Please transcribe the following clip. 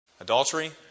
Adultery